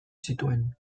zituen